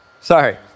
sorry